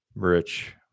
Rich